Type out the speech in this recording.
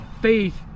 faith